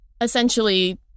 essentially